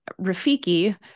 Rafiki